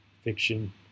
fiction